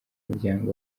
muryango